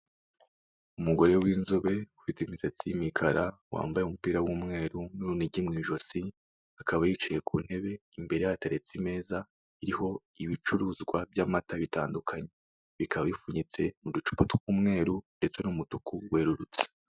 Umugore w'inzobe ufite imisatsi y'imikara, wambaye umupira w'umweru, n'urunigi mu ijosi, akaba yicaye ku ntebe imbere ye hateretse imeza iriho ibicuruzwa by'amata bitandukanye, bikaba bipfunyitse mu ducupa tw'umweru, ndetse n'umutuku werurutse.